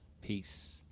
Peace